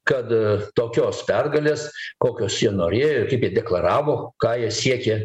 kad tokios pergalės kokios jie norėjo ir kaip jie deklaravo ką jie siekė